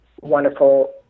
wonderful